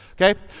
Okay